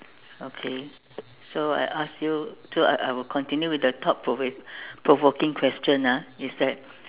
okay so I ask you so I I will continue with the thought provo~ provoking question ah is that